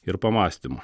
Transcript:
ir pamąstymų